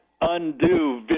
undo